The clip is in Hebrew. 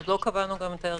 עוד לא קבענו גם את ההרכב.